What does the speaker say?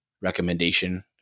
recommendation